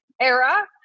era